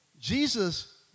Jesus